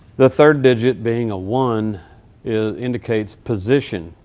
the third digit being a one indicates position.